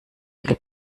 viel